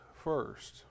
first